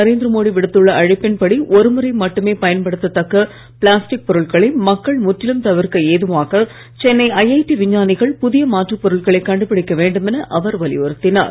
நரேந்திர மோடி விடுத்துள்ள அழைப்பின்படி ஒருமுறை மட்டுமே பயன்படுத்த தக்க பிளாஸ்டிக் பொருட்களை மக்கள் முற்றிலும் தவிர்க்க ஏதுவாக சென்னை ஐடி விஞ்ஞானிகள் புதிய மாற்று பொருட்களை கண்டுபிடிக்க வேண்டும் என அவர் வலியுறுத்தினார்